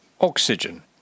Oxygen